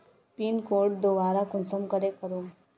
Pin code दोबारा कुंसम करे करूम?